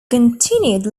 continued